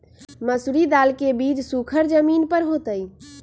मसूरी दाल के बीज सुखर जमीन पर होतई?